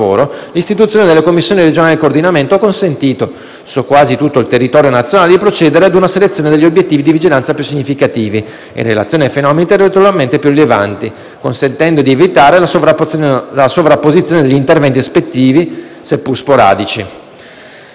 l'istituzione delle commissioni regionali di coordinamento ha consentito, su quasi tutto il territorio nazionale, di procedere a una selezione degli obiettivi di vigilanza più significativi, in relazione ai fenomeni territorialmente più rilevanti, consentendo di evitare la sovrapposizione degli interventi ispettivi, seppur sporadici.